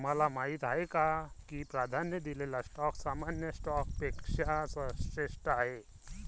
तुम्हाला माहीत आहे का की प्राधान्य दिलेला स्टॉक सामान्य स्टॉकपेक्षा श्रेष्ठ आहे?